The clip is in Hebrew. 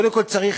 קודם כול צריך,